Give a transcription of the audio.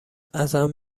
ازم